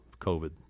COVID